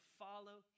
follow